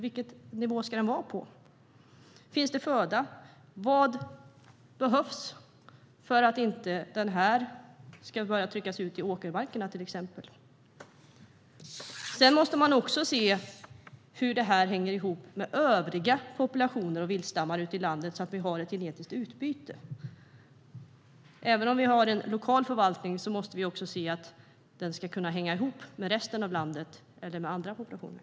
Vilken nivå ska den ligga på? Finns det föda? Vad behövs för att stammen inte ska börja tryckas ut i åkermarkerna, till exempel? Man måste också se till hur detta hänger ihop med övriga populationer och viltstammar ute i landet så att vi har ett genetiskt utbyte. Även om vi har en lokal förvaltning måste vi också kunna se att den ska kunna hänga ihop med resten av landet eller med andra populationer.